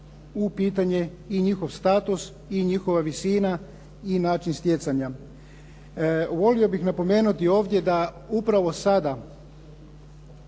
u pitanje i njihov status i njihova visina i način stjecanja. Volio bih napomenuti ovdje da upravo sada